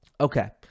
Okay